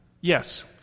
Yes